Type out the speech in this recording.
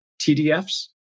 TDFs